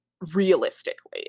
Realistically